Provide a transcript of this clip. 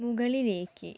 മുകളിലേക്ക്